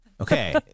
okay